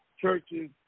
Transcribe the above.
churches